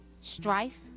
strife